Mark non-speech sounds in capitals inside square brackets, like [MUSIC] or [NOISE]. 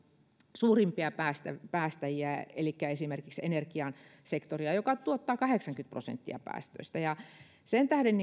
suurimpia päästäjiä päästäjiä esimerkiksi energiasektoria joka tuottaa kahdeksankymmentä prosenttia päästöistä sen tähden [UNINTELLIGIBLE]